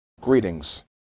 greetings